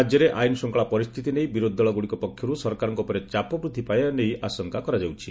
ରାଜ୍ୟରେ ଆଇନ୍ ଶୃଙ୍ଖଳା ପରିସ୍ଥିତି ନେଇ ବିରୋଧୀ ଦଳଗୁଡ଼ିକ ପକ୍ଷରୁ ସରକାରଙ୍କ ଉପରେ ଚାପ ବୃଦ୍ଧି ପାଇବା ନେଇ ଆଶଙ୍କା କରାଯାଉଛି